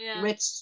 rich